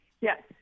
Yes